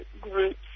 groups